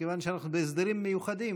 מכיוון שאנחנו בהסדרים מיוחדים,